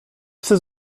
psy